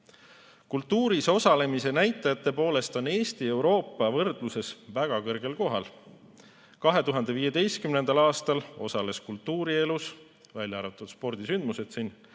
Kultuuris osalemise näitajate poolest on Eesti Euroopa võrdluses väga kõrgel kohal. 2015. aastal osales kultuurielus (välja arvatud spordisündmused siin